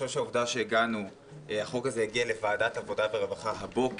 העובדה שהחוק הזה הגיע לוועדת העבודה והרווחה הבוקר,